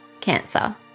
Cancer